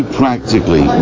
practically